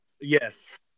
Yes